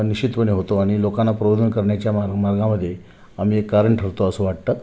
निश्चितपणे होतो आणि लोकांना प्रबोधन करण्याच्या मा मार्गामध्ये आम्ही एक कारण ठरतो असं वाटतं